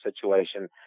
situation